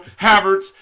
Havertz